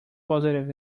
positives